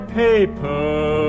paper